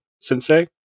Sensei